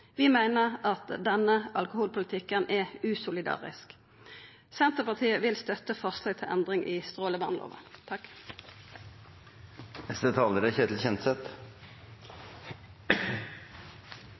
Vi meiner denne alkoholpolitikken er usolidarisk. Senterpartiet vil støtta forslag til endring i